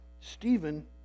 Stephen